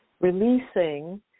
releasing